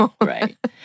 Right